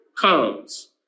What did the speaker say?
comes